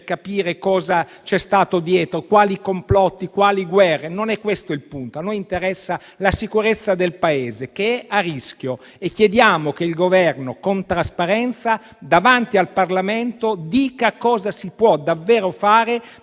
capire cosa c'è stato dietro, quali complotti, quali guerre, non è questo il punto. A noi interessa la sicurezza del Paese che è a rischio e chiediamo che il Governo, con trasparenza, davanti al Parlamento, dica cosa si può davvero fare,